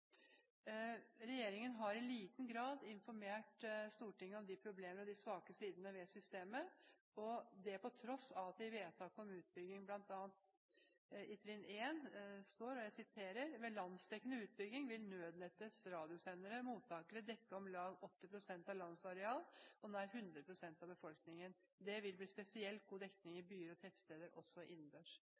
Regjeringen har i liten grad informert Stortinget om problemene og de svakere sidene ved systemet – dette på tross av at det står i vedtaket om utbygging av trinn 1: «Ved landsdekkende utbygging vil nødnettets radiosendere / mottakere dekke om lag 80 % av landets areal og nær 100 % av befolkningen. Det vil bli spesielt god dekning i byer og tettsteder, også innendørs.»